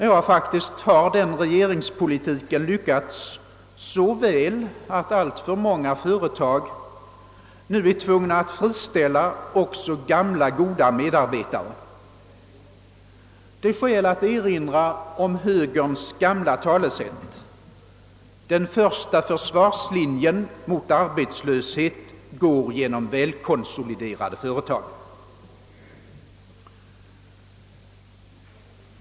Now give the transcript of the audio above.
Ja, faktiskt har den regeringspolitiken lyckats så väl, att alltför många företag nu är tvungna att friställa också gamla goda medarbetare. Det är skäl att erinra om högerns gamla talesätt: den första försvarslinjen mot arbetslöshet går genom välkonsoliderade företag.